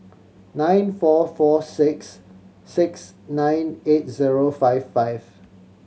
nine four four six six nine eight zero five five